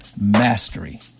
Mastery